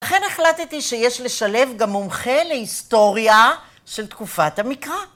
ולכן החלטתי שיש לשלב גם מומחה להיסטוריה של תקופת המקרא.